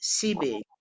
CB